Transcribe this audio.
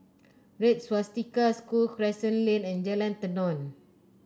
Red Swastika School Crescent Lane and Jalan Tenon